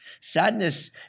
Sadness